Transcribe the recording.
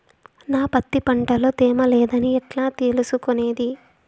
నా పత్తి పంట లో తేమ లేదని ఎట్లా తెలుసుకునేది?